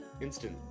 instant